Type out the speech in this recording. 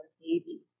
baby